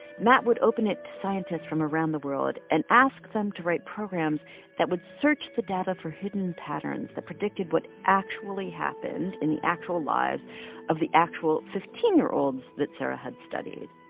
matt would open it to scientists from around the world and ask them to write programs that would search the data for hidden patterns that predicted what actually happened in the actual lives of the actual fifteen year olds that sarah had studied.